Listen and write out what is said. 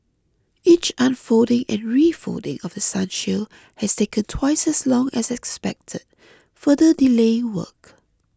each unfolding and refolding of The Sun shield has taken twice as long as expected further delaying work